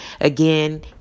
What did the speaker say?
again